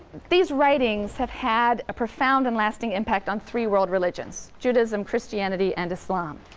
these writings have had a profound and lasting impact on three world religions judaism, christianity and islam.